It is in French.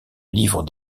livre